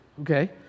okay